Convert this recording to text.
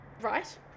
right